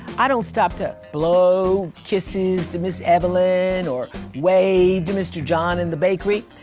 i don't stop to blow kisses to miss evelyn or wave to mr. john in the bakery.